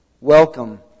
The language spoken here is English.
welcome